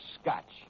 scotch